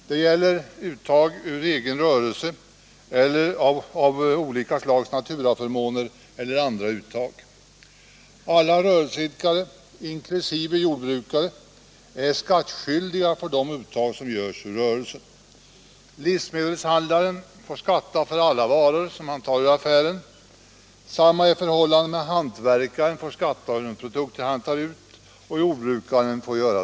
Det gäller uttag ur den egna rörelsen eller olika slag av naturaförmåner. Alla rörelseidkare inkl. jordbrukare är skattskyldiga för de uttag som görs ur rörelsen. Livsmedelshandlaren får skatta för alla varor som tas ur rörelsen, och detsamma är förhållandet med hantverkaren och jordbrukaren.